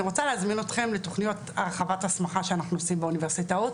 לתכניות הרחבת הסמכה שאנחנו עושים באוניברסיטאות